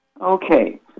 Okay